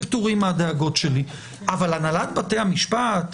אבל הנהלת בתי המשפט,